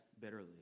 bitterly